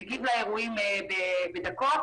מגיב לאירועים בדקות.